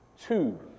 two